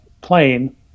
plane